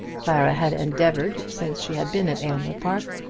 clara had endeavoured, since she had been at aylmer park,